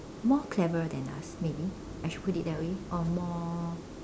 more cleverer than us maybe I should put it that way or more